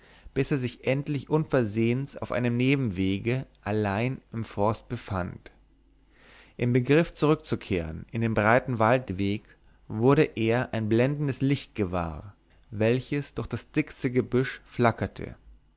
bis er sich endlich unversehends auf einem nebenwege allein im forst befand im begriff zurückzukehren in den breiten waldweg wurde er ein blendendes licht gewahr welches durch das dickste gebüsch flackerte